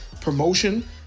promotion